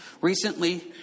Recently